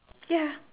ya